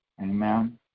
amen